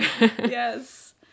Yes